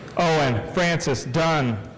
owen francis dunne.